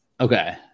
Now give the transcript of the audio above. Okay